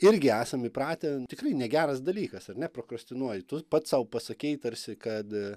irgi esam įpratę tikrai negeras dalykas ar ne prokrastinuoji tu pats sau pasakei tarsi kad